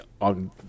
on